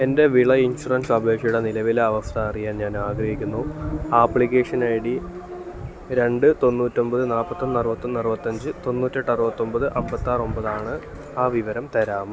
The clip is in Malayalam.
എൻ്റെ വിള ഇൻഷുറൻസ് അപേക്ഷയുടെ നിലവിലെ അവസ്ഥ അറിയാൻ ഞാനാഗ്രഹിക്കുന്നു ആപ്ലിക്കേഷൻ ഐ ഡി രണ്ട് തൊണ്ണൂറ്റൊമ്പത് നാപ്പത്തൊന്നറുവത്തൊന്ന് അറുപത്തഞ്ച് തൊണ്ണൂറ്റെട്ട് അറുപത്തൊമ്പത് അൻപത്താറ് ഒൻപതാണ് ആ വിവരം തരാമോ